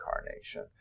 incarnation